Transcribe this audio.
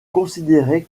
considérées